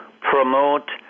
promote